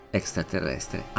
extraterrestre